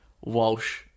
Walsh